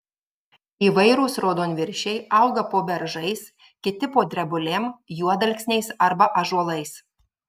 įvairūs raudonviršiai auga po beržais kiti po drebulėm juodalksniais arba ąžuolais